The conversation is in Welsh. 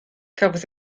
cafodd